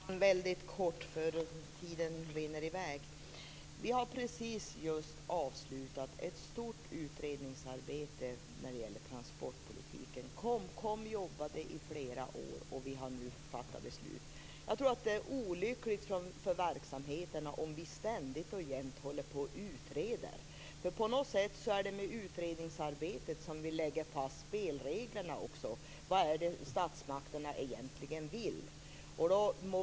Herr talman! Jag skall vara väldigt kort eftersom tiden rinner i väg. Vi har precis avslutat ett stort utredningsarbete när det gäller transportpolitiken. KOMKOM jobbade i flera år, och vi har nu fattat beslut. Jag tror att det är olyckligt för verksamheterna om vi ständigt och jämt håller på och utreder. På något sätt är det med utredningsarbetet som vi lägger fast spelreglerna - vad är det statsmakterna egentligen vill?